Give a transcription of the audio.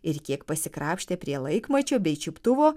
ir kiek pasikrapštę prie laikmačio bei čiuptuvo